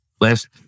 Last